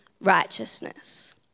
righteousness